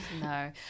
no